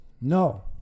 No